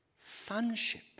sonship